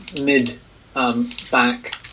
mid-back